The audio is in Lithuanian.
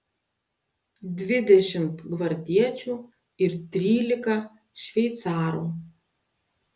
dvidešimt gvardiečių ir trylika šveicarų